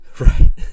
Right